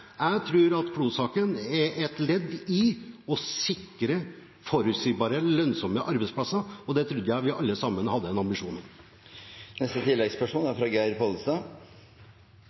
at Klo-saken er et ledd i å sikre forutsigbare, lønnsomme arbeidsplasser, og det trodde jeg vi alle sammen hadde